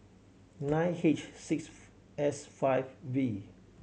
nine H six S five V